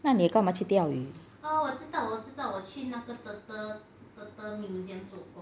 那你干嘛去钓鱼